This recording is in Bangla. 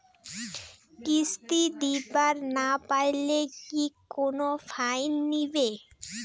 কিস্তি দিবার না পাইলে কি কোনো ফাইন নিবে?